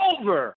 over